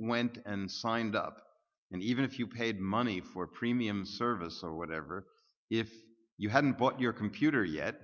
went and signed up and even if you paid money for premium service or whatever if you hadn't bought your computer yet